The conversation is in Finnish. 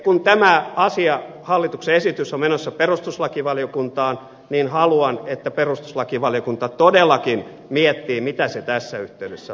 kun tämä asia hallituksen esitys on menossa perustuslakivaliokuntaan niin haluan että perustuslakivaliokunta todellakin miettii mitä se tässä yhteydessä lausuu